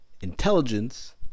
intelligence